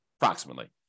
approximately